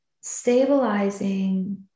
stabilizing